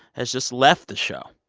has just left the show,